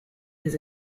his